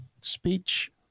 speech